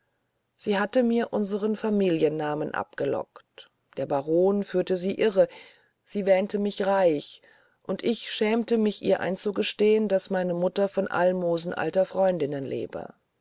sie hatte mir unseren familien namen abgelockt der baron führte sie irre sie wähnte mich reich und ich schämte mich ihr einzugestehen daß meine mutter von almosen alter freundinnen lebe